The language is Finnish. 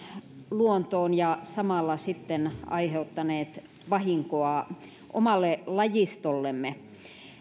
luontoon ja samalla aiheuttaneet vahinkoa omalle lajistollemme